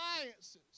alliances